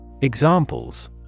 Examples